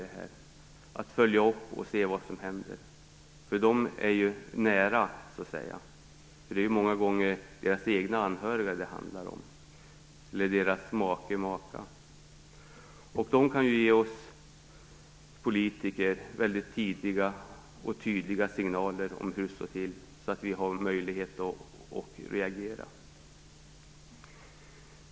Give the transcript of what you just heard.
De bör följa upp detta och se vad som händer. De är nära, så att säga. Många gånger handlar det ju om deras egna anhöriga, kanske en make eller maka. De kan ge oss politiker väldigt tidiga och tydliga signaler om hur det står till så att vi har möjlighet att reagera.